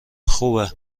خوبه